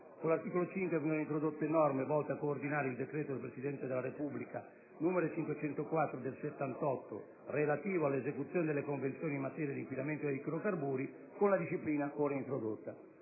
l'articolo 5 vengono introdotte norme volte a coordinare il decreto del Presidente della Repubblica n. 504 del 1978, relativo all'esecuzione delle convenzioni in materia di inquinamento da idrocarburi, con la disciplina ora introdotta.